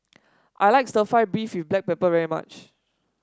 I like stir fry beef with Black Pepper very much